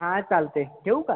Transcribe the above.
हा चालत आहे ठेवू का